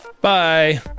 Bye